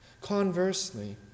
Conversely